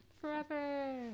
forever